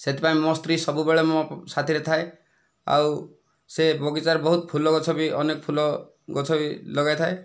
ସେଥିପାଇଁ ମୋ ସ୍ତ୍ରୀ ସବୁବେଳେ ମୋ ସାଥିରେ ଥାଏ ଆଉ ସେ ବଗିଚାରେ ବହୁତ ଫୁଲ ଗଛ ବି ଅନେକ ଫୁଲ ଗଛ ବି ଲଗାଇଥାଏ